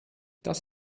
das